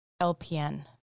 LPN